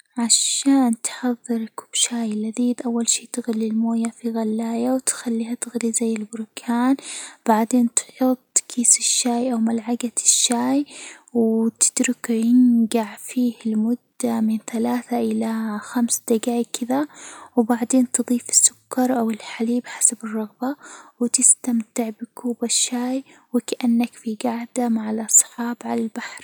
عشان تحظر كوب شاي لذيذ، أول شي تغلي الموية في غلاية وتخليها تغلي زي البركان، بعدين تحط كيس الشاي أو ملعجة الشاي وتتركه ينجع فيه لمدة من ثلاثة إلى خمس دقايق كذا، وبعدين تضيفي السكر، أو الحليب حسب الرغبة، وتستمتع بكوب الشاي وكأنك في جعدة مع الأصحاب عالبحر.